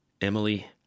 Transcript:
Emily